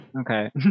Okay